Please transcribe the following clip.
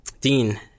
Dean